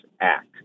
act